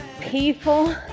People